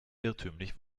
irrtümlich